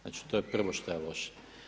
Znači to je prvo šta je loše.